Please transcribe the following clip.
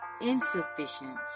insufficient